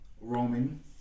Roman